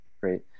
Great